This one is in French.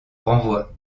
renvoi